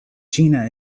gina